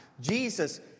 Jesus